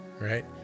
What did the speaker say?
right